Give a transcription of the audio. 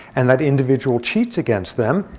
and that individual cheats against them.